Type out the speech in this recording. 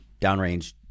downrange